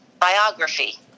biography